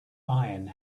iron